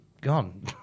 gone